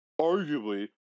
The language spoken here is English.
arguably